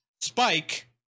Spike